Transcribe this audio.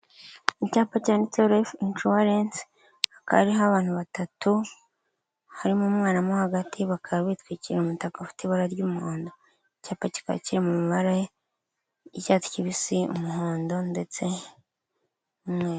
Icyapa cyanditse riyife inshuwarensi hakaba hariho abantu batatu, harimo umwana mo hagati bakaba bitwikira umutaka ufite ibara ry'umuhondo, icyapa kikaba kiri mu mabara y'icyatsi kibisi, umuhondo ndetse n'umweru.